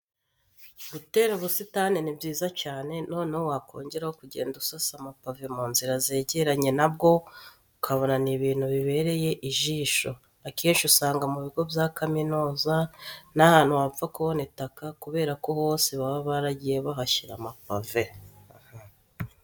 Gutera ubusitani ni byiza cyane, noneho wakongeraho kugenda usasa amapave mu nzira zegeranye na bwo ukabona ni ibintu bibereye ijisho. Akenshi usanga mu bigo bya kaminuza nta hantu wapfa kubona itaka kubera ko hose baba baragiye bahashyira amapave.